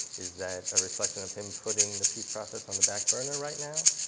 is that a reflex and of him putting the peace process on the back burner right now?